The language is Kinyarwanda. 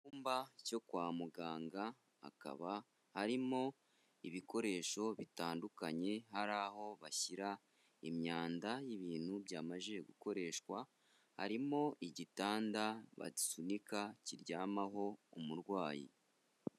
Icyumba cyo kwa muganga hakaba harimo ibikoresho bitandukanye, hari aho bashyira imyanda y'ibintu byamajije gukoreshwa, harimo igitanda basunika kiryamaho umurwayi.